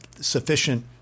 sufficient